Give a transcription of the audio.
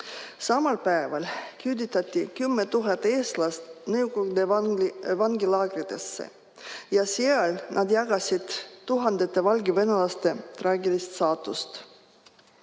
Samal päeval küüditati 10 000 eestlast Nõukogude vangilaagritesse ja seal jagasid nad tuhandete valgevenelaste traagilist saatust.